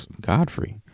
godfrey